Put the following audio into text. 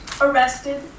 arrested